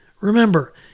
Remember